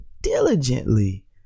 diligently